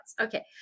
Okay